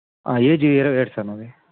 AG ఇరవై ఏడు sir నాది